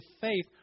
faith